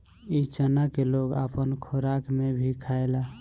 इ चना के लोग अपना खोराक में भी खायेला